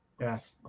Yes